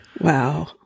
Wow